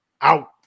Out